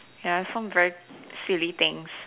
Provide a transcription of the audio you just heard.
ya is some very silly things